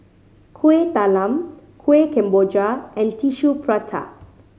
Kuih Talam Kueh Kemboja and Tissue Prata